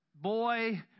boy